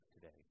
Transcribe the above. today